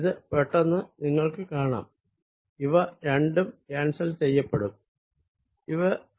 ഇത് പെട്ടെന്ന് നിങ്ങൾക്ക് കാണാം ഇവ രണ്ടും ക്യാൻസൽ ചെയ്യപ്പെടുംഇവ രണ്ടും ക്യാൻസൽ ചെയ്യപ്പെടും